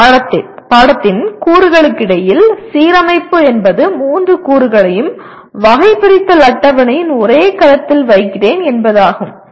ஒரு பாடத்தின் கூறுகளுக்கிடையில் சீரமைப்பு என்பது மூன்று கூறுகளையும் வகைபிரித்தல் அட்டவணையின் ஒரே கலத்தில் வைக்கிறேன் என்பதாகும்